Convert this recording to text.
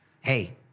hey